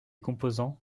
composants